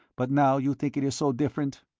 but now you think it is so different?